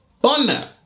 bonner